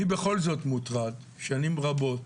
אני בכל זאת מוטרד שנים רבות